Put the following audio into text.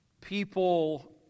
People